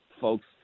folks